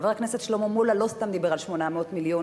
חבר הכנסת שלמה מולה לא סתם דיבר על 800 מיליון,